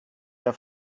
der